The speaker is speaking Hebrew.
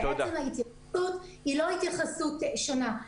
בעצם ההתייחסות היא לא התייחסות שונה.